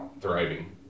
thriving